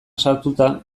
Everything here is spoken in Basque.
sartuta